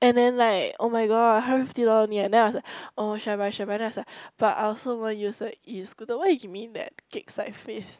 and then like [oh]-my-god hundred fifty dollars only leh then I was like oh should I buy should I buy then I was like but I also won't use a E Scooter why you give me that kek-sai face